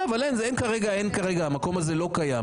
בסדר, אבל כרגע המקום הזה לא קיים.